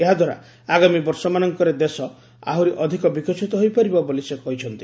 ଏହାଦ୍ୱାରା ଆଗାମୀ ବର୍ଷମାନଙ୍କରେ ଦେଶ ଆହୁରି ଅଧିକ ବିକଶିତ ହୋଇପାରିବ ବୋଲି ସେ କହିଛନ୍ତି